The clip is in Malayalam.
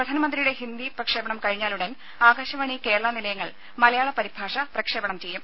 പ്രധാനമന്ത്രിയുടെ ഹിന്ദി പ്രക്ഷേപണം കഴിഞ്ഞാലുടൻ ആകാശവാണി കേരള നിലയങ്ങൾ മലയാള പരിഭാഷ പ്രക്ഷേപണം ചെയ്യും